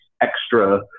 extra